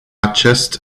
acest